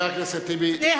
תודה,